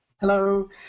Hello